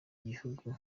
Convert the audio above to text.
gihugu